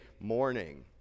morning